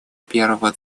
первого